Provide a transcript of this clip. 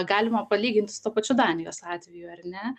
galima palyginti su tuo pačiu danijos atveju ar ne